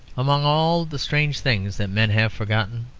among all the strange things that men have forgotten,